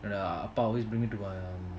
when uh appa always bring me to my um